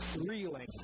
reeling